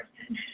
person